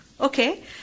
Okay